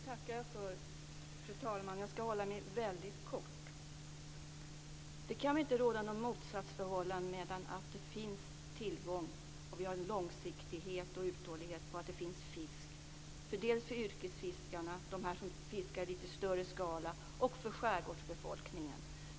Fru talman! Jag tackar för det, och jag skall hålla mig väldigt kort. Det kan inte råda något motsatsförhållande mellan att det finns tillgång, att vi har en långsiktighet och uthållighet och att det finns fisk dels för yrkesfiskarna, som fiskar i lite större skala, dels för skärgårdsbefolkningen.